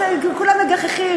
כולם מגחכים,